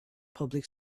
public